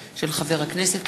הכנסת.